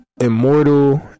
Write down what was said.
Immortal